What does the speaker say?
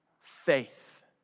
faith